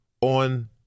on